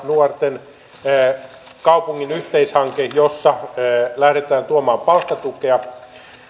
nuorten ja kaupungin yhteishanke jossa lähdetään tuomaan palkkatukea